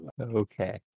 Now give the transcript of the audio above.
Okay